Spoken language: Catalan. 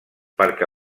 perquè